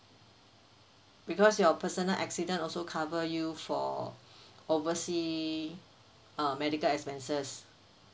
because your personal accident also cover you for oversea uh medical expenses